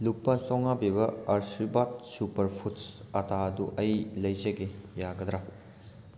ꯂꯨꯄꯥ ꯆꯥꯝꯃꯉꯥ ꯄꯤꯕ ꯑꯥꯔꯁꯤꯕꯥꯠ ꯁꯨꯄꯔ ꯐꯨꯗꯁ ꯑꯥꯇꯥꯗꯨ ꯑꯩ ꯂꯩꯖꯒꯦ ꯌꯥꯒꯗ꯭ꯔꯥ